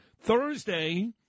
Thursday